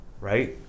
right